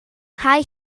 nghae